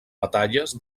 batalles